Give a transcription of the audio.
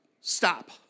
Stop